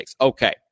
Okay